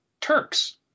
Turks